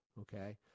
Okay